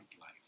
Life